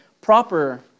proper